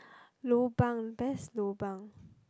lobang best lobang